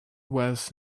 wears